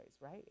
right